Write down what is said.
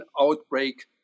outbreak